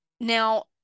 Now